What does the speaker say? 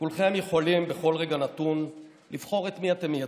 כולכם יכולים בכל רגע נתון לבחור את מי אתם מייצגים,